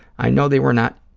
i know they were not